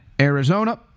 Arizona